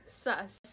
sus